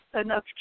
enough